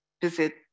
visit